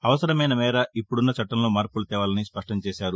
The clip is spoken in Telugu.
అవసరమైన మేర ఇప్పుడున్న చట్టంలో మార్పులు తేవాలని స్పష్టం చేశారు